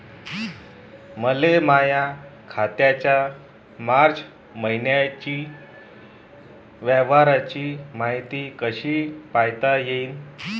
मले माया खात्याच्या मार्च मईन्यातील व्यवहाराची मायती कशी पायता येईन?